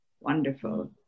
Wonderful